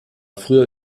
früher